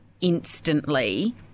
instantly